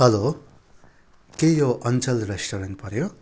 hello के यो अञ्चल रेस्टुरेन्ट पर्यो